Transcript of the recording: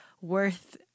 worth